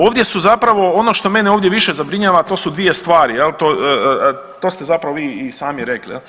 Ovdje su zapravo, ono što mene ovdje više zabrinjava to su dvije stvari jel, to ste zapravo vi i sami rekli